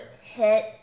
hit